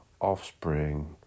offspring